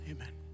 Amen